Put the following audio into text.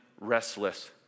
restless